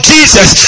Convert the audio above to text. Jesus